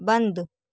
बन्द